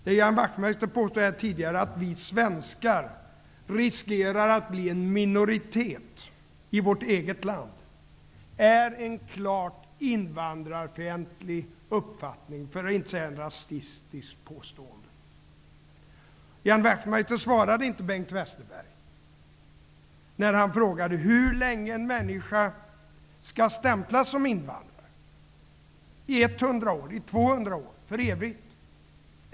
Det Ian Wachtmeister påstod här tidigare, att vi svenskar riskerar att bli en minoritet i vårt eget land, är en klart invandrarfientlig uppfattning, för att inte säga ett rasistiskt påstående. Ian Wachtmeister svarade inte Bengt Westerberg när han frågade hur länge en människa skall stämplas som invandrare -- 100 år, 200 år, för evigt.